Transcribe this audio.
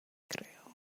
creo